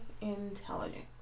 intelligent